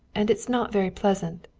and it's not very pleasant.